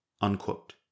unquote